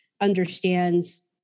understands